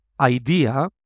idea